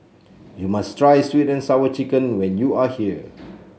you must try sweet and Sour Chicken when you are here